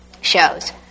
shows